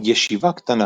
ישיבה קטנה